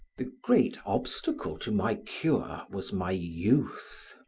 the great obstacle to my cure was my youth.